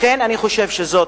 לכן אני חושב שזו